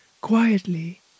quietly